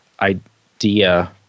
idea